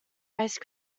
ice